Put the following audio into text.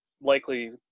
Likely